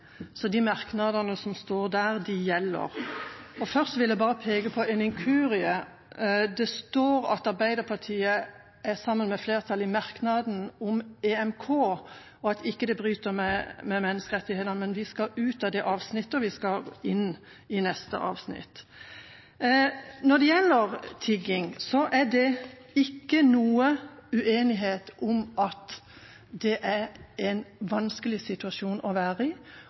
De merknadene som står i innstillinga til den, gjelder. Så vil jeg bare peke på en inkurie. Det står at Arbeiderpartiet er en del av flertallet i merknaden om at tiggeforbudet ikke bryter med menneskerettighetene, EMK, men vi skal ut av det avsnittet og inn i neste avsnitt. Når det gjelder tigging, er det ikke noen uenighet om at det er en vanskelig situasjon å være i,